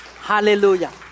Hallelujah